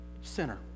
sinner